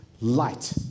light